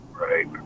Right